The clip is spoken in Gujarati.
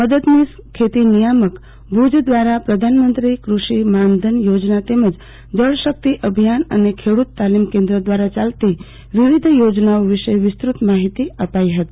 મદદનીશ ખેતી નિયામક ફાર્મ ભુજ દ્વારા પ્રધાનમંત્રી કુષિ માનુધને થોજના તેમજ જળશકિત અભિયાન અને ખેડૂત તાલીમ કેન્દ્ર દ્વારા યાલતી વિવિધ યોજનાઓ વિશે વિસ્તૃત માહિતી આપી હતી